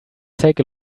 take